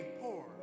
poor